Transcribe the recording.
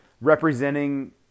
representing